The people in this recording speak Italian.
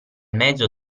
mezzo